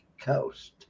Coast